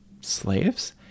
slaves